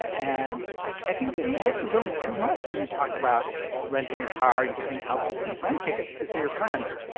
and like i think giving gifts is almost too much when you talk about renting a car and getting outfits and plane tickets to see your friends.